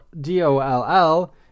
D-O-L-L